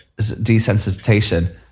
desensitization